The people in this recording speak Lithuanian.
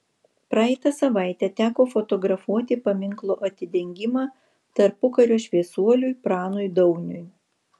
praeitą savaitę teko fotografuoti paminklo atidengimą tarpukario šviesuoliui pranui dauniui